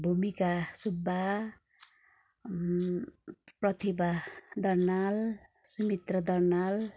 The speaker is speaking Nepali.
भूमिका सुब्बा प्रतिभा दर्नाल सुमित्र दर्नाल